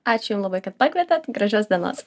ačiū jum labai kad pakvietėt gražios dienos